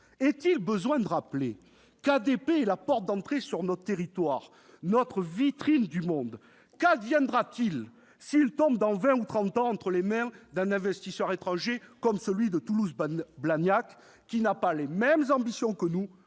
Est-il besoin de rappeler qu'ADP est la porte d'entrée sur notre territoire, notre vitrine pour le monde ? Qu'adviendra-t-il si, dans vingt ou trente ans, cette entreprise tombe entre les mains d'un investisseur étranger, comme celui de Toulouse-Blagnac, qui n'a pas les mêmes ambitions que nous